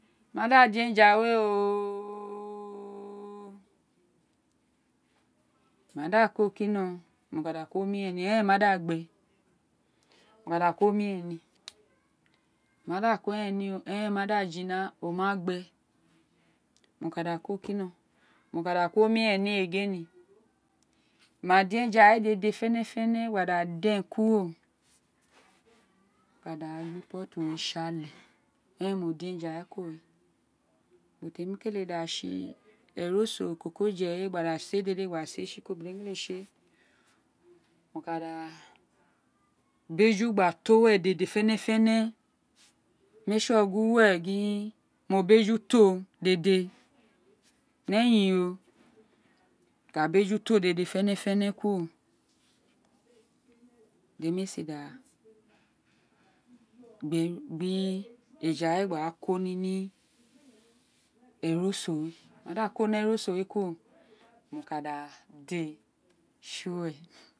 Mó ma da din eja we o ooooooo mo ma da kọ kino mo ka da ko omiren ni eren ma da gbe mo ka dá kọ omiren ni mio ma da ko eren hi eren ma da lina o ma abe mo ka da ko ko kino mu ka da ka omiven nr mu ma dín ka da mr even do á den kuro mo we tsí ate nrela, we kunoon ren ubo femr kete gby tsr eroso kokodie we ghada dà dèn kuro mọ nemi tsi mo kada gbi egu gba da to we we fénègin gin uwe gin mo beju to dede eyin ro wo kay bejuto deti faffene buru we abako nins gbr ja ko nins froso we mo roda da ko nr eroso we kuro mo ka dá di éè tsi uwo.